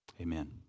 amen